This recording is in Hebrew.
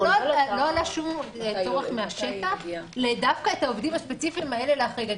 לא לצורך מהשטח להחריג דווקא את העובדים הספציפיים האלה.